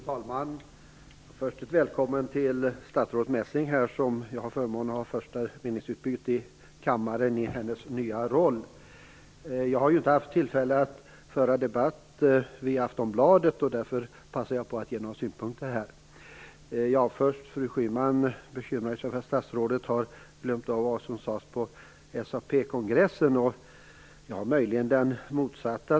Fru talman! Först ett välkommen till statsrådet Messing, som jag har förmånen att ha ett första meningsutbyte med i kammaren i hennes nya roll. Jag har ju inte haft tillfälle att föra debatt via Aftonbladet. Därför passar jag här på att ge några synpunkter. Fru Schyman bekymrar sig över att statsrådet har glömt vad som sades på SAP-kongressen. Min slutsats är den motsatta.